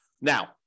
Now